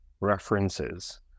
references